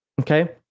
okay